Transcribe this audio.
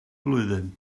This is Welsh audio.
blwyddyn